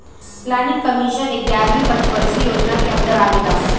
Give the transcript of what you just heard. planning commission एग्यारहवी पंचवर्षीय योजना के अन्दर आवेला